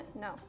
No